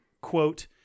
quote